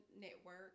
Network